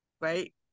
right